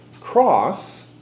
cross